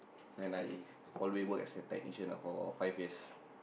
and I always work as a technician lah for five years